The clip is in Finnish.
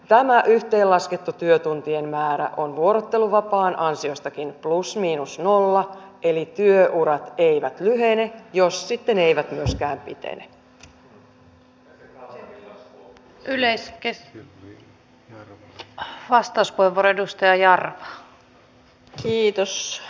tämä yhteenlaskettu työtuntien määrä on vuorotteluvapaan ansiostakin plus miinus nolla eli työurat eivät lyhene jos sitten eivät myöskään pitene